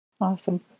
Awesome